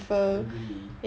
agree